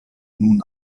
nun